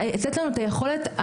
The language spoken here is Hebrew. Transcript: לתת לנו את היכולת,